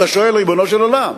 אתה שואל: ריבונו של עולם,